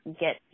get